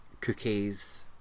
cookies